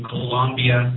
Colombia